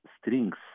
strings